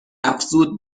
افزود